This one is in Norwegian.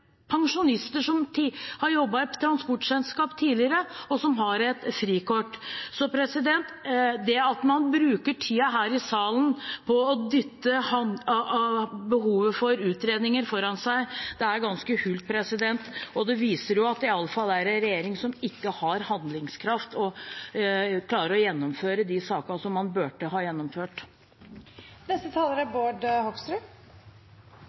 pensjonister som har jobbet i et transportselskap tidligere, og som har et frikort. Det at man bruker tiden her i salen på å dytte behovet for utredninger foran seg, er ganske hult, og det viser i alle fall at det er en regjering som ikke har handlingskraft og klarer å gjennomføre de sakene som man burde ha